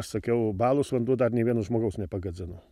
aš sakiau balos vanduo dar nei vieno žmogaus nepagadzino